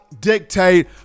dictate